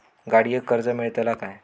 गाडयेक कर्ज मेलतला काय?